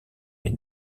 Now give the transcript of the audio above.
mes